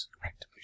Correct